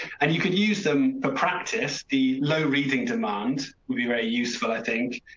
and you could use them for practice. the low reading demand would be very useful i think,